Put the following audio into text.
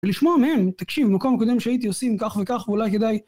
ולשמוע מהם, תקשיב, במקום הקודם שהייתי עושים כך וכך, ואולי כדאי...